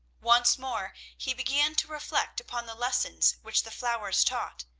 once more he began to reflect upon the lessons which the flowers taught,